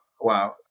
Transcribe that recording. Wow